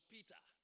Peter